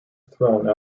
throne